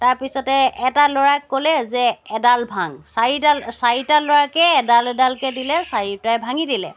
তাৰপিছত এটা ল'ৰাক ক'লে যে এডাল ভাং চাৰিডাল চাৰিটা লৰাকে এডাল এডালকৈ দিলে চাৰিওটাই ভাঙি দিলে